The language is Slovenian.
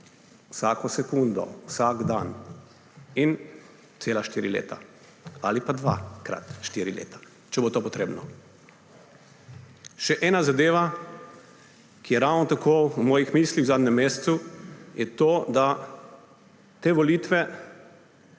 Vsako sekundo, vsak dan in cela štiri leta, ali pa dvakrat štiri leta, če bo to potrebno. Še ena zadeva, ki je ravno tako v mojih mislih v zadnjem mesecu, je to, da teh volitev